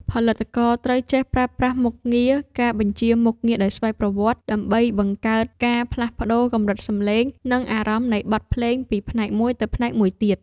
ផលិតករត្រូវចេះប្រើប្រាស់មុខងារ ការបញ្ជាមុខងារដោយស្វ័យប្រវត្តិ ដើម្បីបង្កើតការផ្លាស់ប្តូរកម្រិតសំឡេង និងអារម្មណ៍នៃបទភ្លេងពីផ្នែកមួយទៅផ្នែកមួយទៀត។